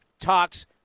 talks